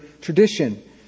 tradition